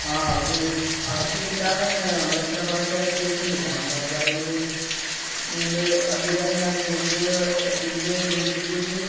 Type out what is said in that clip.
ആ അവര് അടച്ചിട്ടില്ലാന്നു തന്നെയാണ് നമ്മളെത്ര പറഞ്ഞിട്ടും അവര് കേള്ക്കുന്നില്ല നമ്മളത് പറയുന്നത് നിങ്ങള് അതു തന്നെയാണ് ചെയ്തത് ബില് ഡ്യൂപ്ലിക്കേറ്റ്